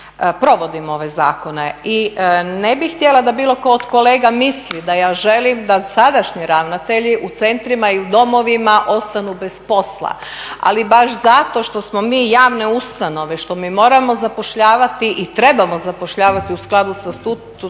provodim ove zakone. I ne bih htjela da bilo tko od kolega misli da ja želim da sadašnji ravnatelji u centrima i u domovima ostanu bez posla, ali baš zato što smo mi javne ustanove, što mi moramo zapošljavati i trebamo zapošljavati u skladu sa statutom